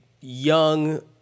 young